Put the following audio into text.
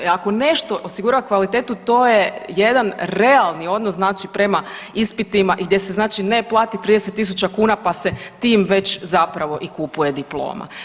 Ako nešto osigurava kvalitetu to je jedan realni odnos, znači prema ispitima i gdje se, znači ne plati 30 000 kuna, pa se tim već zapravo i kupuje diploma.